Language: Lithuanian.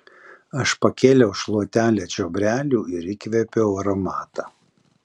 aš pakėliau šluotelę čiobrelių ir įkvėpiau aromatą